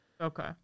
Okay